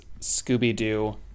Scooby-Doo